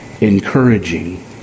Encouraging